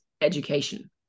education